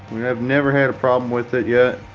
we have never had a problem with it yet.